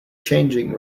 changing